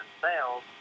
sales